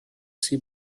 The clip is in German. sie